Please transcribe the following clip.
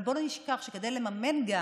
אבל בואו לא נשכח שכדי לממן את